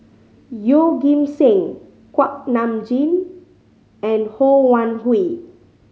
Yeoh Ghim Seng Kuak Nam Jin and Ho Wan Hui